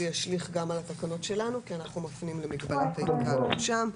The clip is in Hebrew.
זה ישליך גם על התקנות שלנו כי אנחנו מפנים ל --- בתקנות שם.